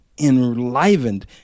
enlivened